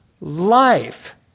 life